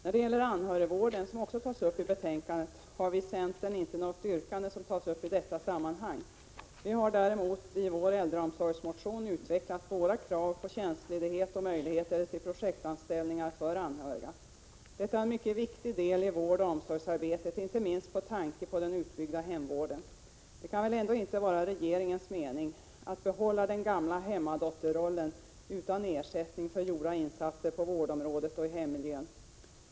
När det gäller anhörigvården, som också berörs i betänkandet, har vi i centern inte något yrkande som tas upp i detta sammanhang. Vi har däremot i vår äldreomsorgsmotion utvecklat våra krav på tjänstledighet och möjligheter till projektanställningar för anhöriga. Detta är en mycket viktig deli vård och omsorgsarbetet, inte minst med tanke på den utbyggda hemvården. Det kan väl ändå inte vara regeringens mening att man skall behålla den gamla hemmadotterrollen utan ersättning för gjorda insatser på vårdområdet och i hemmiljön.